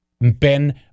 Ben